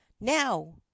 Now